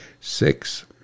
six